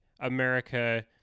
America